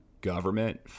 government